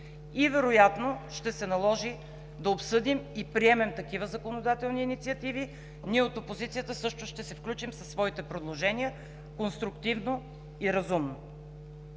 и вероятно ще се наложи да обсъдим и приемем такива законодателни инициативи. От опозицията също ще се включим със своите предложения – конструктивно и разумно.